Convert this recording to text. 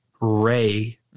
Ray